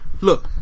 Look